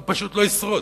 הוא פשוט לא ישרוד,